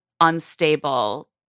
unstable